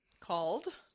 called